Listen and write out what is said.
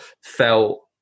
felt